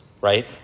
right